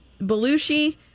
Belushi